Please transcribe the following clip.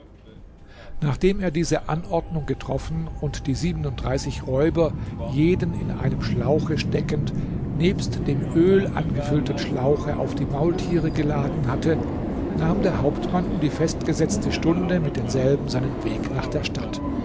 nachdem er diese anordnung getroffen und die siebenundreißig räuber jeden in einem schlauche steckend nebst dem öl angefüllten schlauche auf die maultiere geladen hatte nahm der hauptmann um die festgesetzte stunde mit denselben seinen weg nach der stadt